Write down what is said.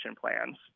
plans